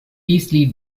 easily